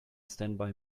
standby